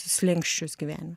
slenksčius gyvenime